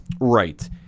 Right